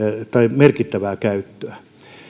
merkittävää käyttöä